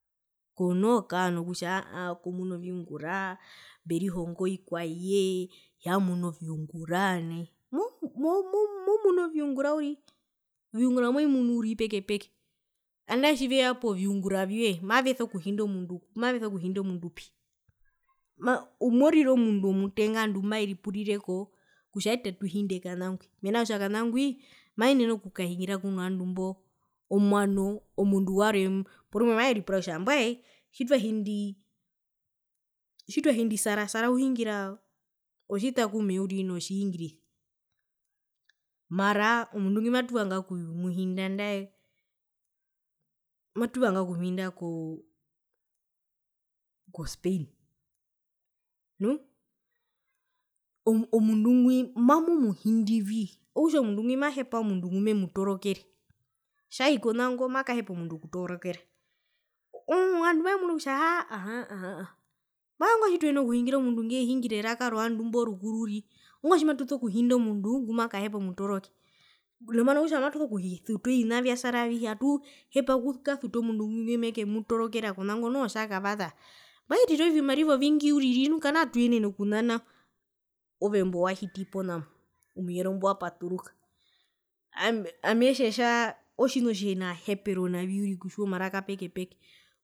Konoo kaa nokutja komunu oviungura werihonga ovikwae hiyamuna oviungura mo mo momunu oviungura uriri oviungura movimunu uriri peke peke andae tjiveya poviungura vyoye maveso kuhinda omundu maveso kuhinda omundu pi omundu mo morire omundu omutenga ovandu kumaveripurireko kutja eta tuhinde kanangwi mena rokutja kana ngwi maenene okukahingira kuno vandu mbo omwano omundu warwe porumwe maveripura kutja mbwae tjitwahindii tjitwahindi sara, sara uhingira otjitakume uriri notjingirisa mara omundu ngwi matuvanga okumuhinda nandae ko spain nu o omundu ngwi mamu muhindi vii tjai konago makahepa omundu okutorokera oowa ovandu mavemunu kutja aahaa aahaa ahaa mbwae ongwae tjituhina kuhingira omundu ngehingira eraka rovandu mbo rukuru uriri ongwae tjimatuso kuhinda omundu ngumakahepa omutoroke nambano okutja matuso kusuta ovina vya sara avihe atuhepa okukasuta omundu ngumekemutorokera kona ngoho tjakavasa mairireovimariva ovingi uriri nu kanaa tuyenene okuna nao ove ngo wahiti pona mbo omuyerombo wapaturuka ami etjetja otjina otjinahepero uriri okutjiwa omaraka peke peke.